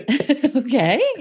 Okay